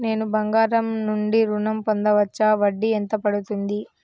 నేను బంగారం నుండి ఋణం పొందవచ్చా? వడ్డీ ఎంత పడుతుంది?